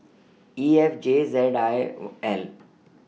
E F J Z L